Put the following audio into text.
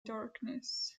darkness